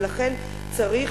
ולכן צריך